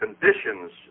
Conditions